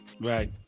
right